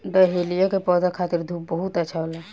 dahlia के पौधा खातिर धूप बहुत अच्छा होला